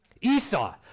Esau